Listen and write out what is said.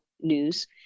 news